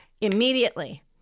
immediately